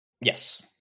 Yes